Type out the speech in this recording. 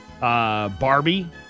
Barbie